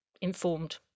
informed